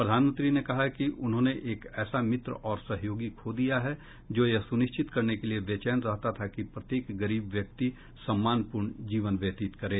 प्रधानमंत्री ने कहा है कि उन्होंने एक ऐसा मित्र और सहयोगी खो दिया है जो यह सुनिश्चित करने के लिए बेचैन रहता था कि प्रत्येक गरीब व्यक्ति सम्मान पूर्ण जीवन व्यतीत करे